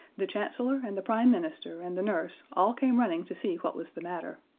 the chancellor and the prime minister and the nurse all came running to see what was the matter.